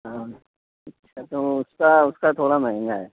ہاں اچھا تو اس کا اس کا تھوڑا مہنگا ہے